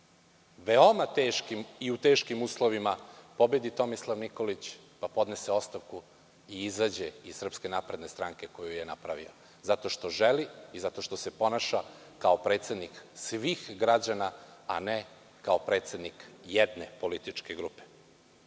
veoma teškim, i u teškim uslovima pobedi Tomislav Nikolić, pa podnese ostavku i izađe iz SNS koju je napravio? Zato što želi i zato što se ponaša kao predsednik svih građana, a ne kao predsednik jedne političke grupe. Da